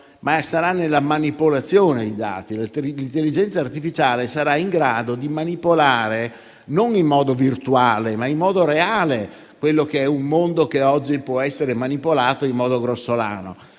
ma sarà nella manipolazione dei dati. L'intelligenza artificiale sarà in grado di manipolare, non in modo virtuale ma reale, quello che è un mondo che oggi può essere manipolato in modo grossolano.